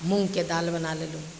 मूँगके दालि बना लेलहुँ